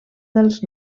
dels